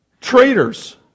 traitors